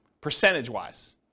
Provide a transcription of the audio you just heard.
percentage-wise